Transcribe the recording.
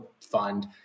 fund